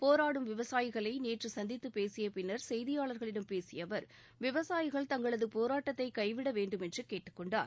போராடும் விவசாயிகளை நேற்று சந்தித்துப் பேசிய பின்னர் செய்தியாளர்களிடம் பேசிய அவர் விவசாயிகள் தங்களது போராட்டத்தை கைவிட வேண்டுமென்று கேட்டுக் கொண்டார்